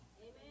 Amen